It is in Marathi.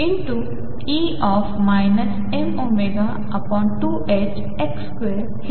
हे समीकरण मिळेल